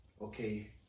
okay